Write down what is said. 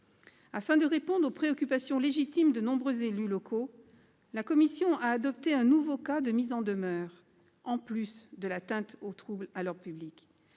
Afin de répondre aux préoccupations légitimes de nombreux élus locaux, la commission a adopté un nouveau cas de mise en demeure, en plus du trouble à l'ordre public.